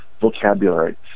vocabulary